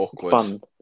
fun